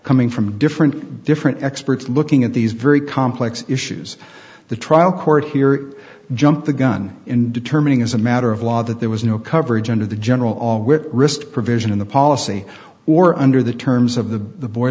coming from different different experts looking at these very complex issues the trial court here jumped the gun in determining as a matter of law that there was no coverage under the general all that wrist provision in the policy or under the terms of the